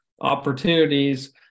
opportunities